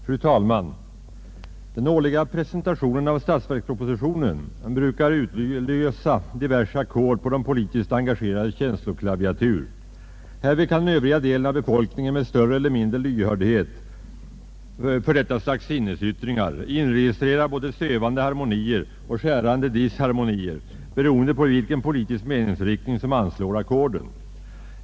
Fru talman! Den årliga presentationen av statsverkspropositionen brukar utlösa diverse ackord på de politiskt engagerades känsloklaviatur. Härvid kan den övriga delen av befolkningen med större eller mindre lyhördhet för detta slags sinnesyttringar inregistrera både sövande harmonier och skärande disharmonier, beroende på vilken politisk meningsriktning som anslår ackorden.